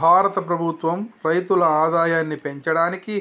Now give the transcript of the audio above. భారత ప్రభుత్వం రైతుల ఆదాయాన్ని పెంచడానికి,